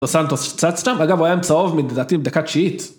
לוסנטוס, צץ שם? אגב, הוא היה עם צהוב לדעתי עם בדקה התשיעית?